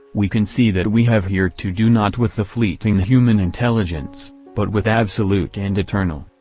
we can see that we have here to do not with the fleeting human intelligence, but with absolute and eternal.